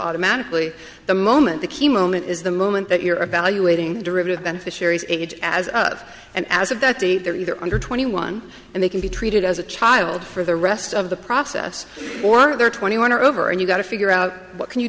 automatically the moment the key moment is the moment that you're evaluating the derivative beneficiaries age as of and as of that date there either under twenty one and they can be treated as a child for the rest of the process or they're twenty one or over and you've got to figure out what can you